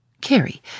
Carrie